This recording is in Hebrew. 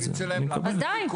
עדין...